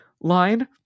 line